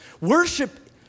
Worship